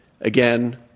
Again